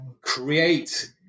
create